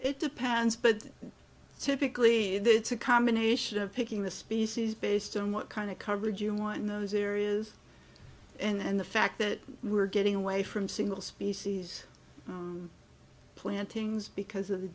it depends but typically it's a combination of picking the species based on what kind of coverage you want in those areas and the fact that we're getting away from single species plantings because of the